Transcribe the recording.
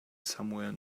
somewhere